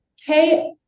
hey